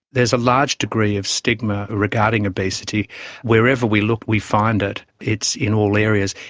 there's a large degree of stigma regarding obesity. wherever we look we find it. it's in all areas,